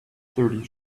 thirty